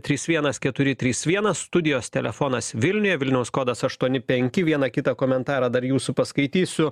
trys vienas keturi trys vienas studijos telefonas vilniuje vilniaus kodas aštuoni penki vieną kitą komentarą dar jūsų paskaitysiu